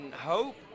Hope